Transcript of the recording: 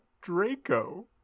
Draco